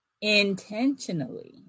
intentionally